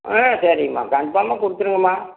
ஆ சரிங்கம்மா கன்ஃபார்மா கொடுத்துருங்கம்மா